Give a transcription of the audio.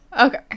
Okay